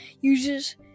Uses